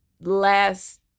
last